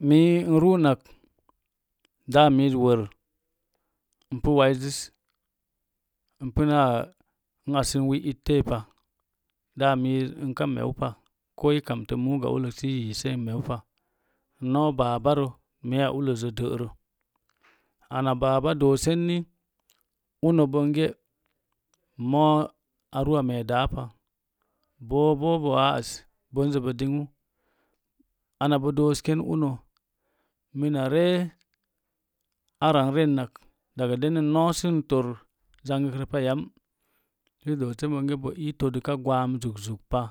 Mii n ruunak daa miiz wər ipu waizs ipunaa n asn wi ittee pa daa miis ika meupa ko i muuga ullək sə i yiise uka meupa n noo babaro meiya ulləszə də'rə ana baba doosenni uno bonge moo aruu a mee daa pa bo bo boa az bonzə bo dingu ina bo doosken uno mina ree ara n rennak daga dən n noo sə n tor zangkrə pa yam doose bonge boii todduka gwaam zuk zuk pa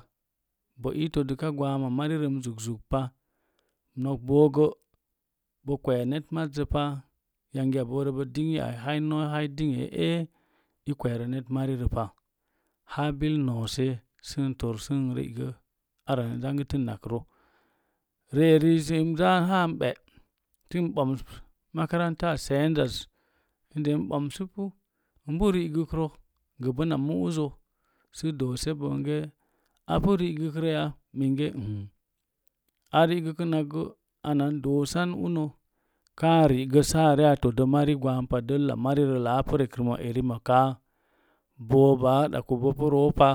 bo ii tooluka gwamma mari rəm zukzuk pa nok bo bo kwee net mazzə pa yangi boorə bo dingyi ai bon zi bo dingyi e ekwe net mari rə pa haa bil noose sən tor sən ri'ga aran zangən tənnakrə ri eri zi n zaa haa n ɓe sən ɓams makaranta aseenzaz səde n ɓamsu ipu rigka mu'uzzə sə doose apu rigəgrəya nunge n a rigəkən ak gəə ana n doosan unə kaa ri'gə saa area todə mari gwaam pa dəlla marirəll aapu rekəndə elimoka boo baɗaku bopu roo pa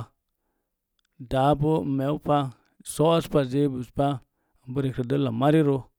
daa bo n meupa so'os pa zenbus pa n pu rekro dəlla maritə.